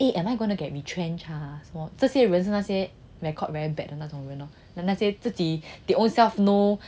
eh am I gonna get retrenched ah 这些人是那些 ren shi nei xie record very bad 的那种人 lor then 那些自己 they ownself know